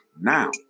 now